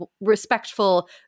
respectful